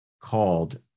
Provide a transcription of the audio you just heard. called